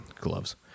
Gloves